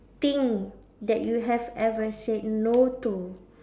thing that you have ever said no to